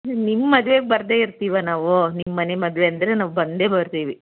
ನಿಮ್ಮ ಮದ್ವೆಗೆ ಬರದೇ ಇರ್ತೀವಾ ನಾವು ನಿಮ್ಮನೆ ಮದುವೆ ಅಂದರೆ ನಾವು ಬಂದೇ ಬರ್ತೀವಿ